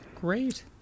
Great